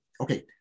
okay